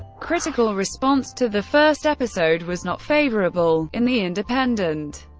critical response to the first episode was not favourable in the independent,